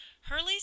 Hurley's